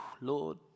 Lord